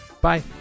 Bye